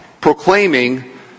Proclaiming